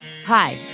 Hi